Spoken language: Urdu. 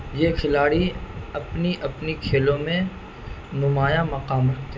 یہ کھلاڑی اپنی اپنی کھیلوں میں نمایاں مقام رکھتے ہیں